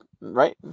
right